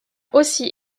aussi